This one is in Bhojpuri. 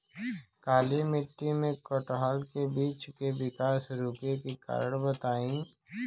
काली मिट्टी में कटहल के बृच्छ के विकास रुके के कारण बताई?